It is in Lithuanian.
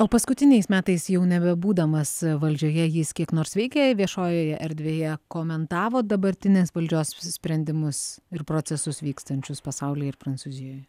o paskutiniais metais jau nebebūdamas valdžioje jis kiek nors veikė viešojoje erdvėje komentavo dabartinės valdžios sprendimus ir procesus vykstančius pasaulyje ir prancūzijoje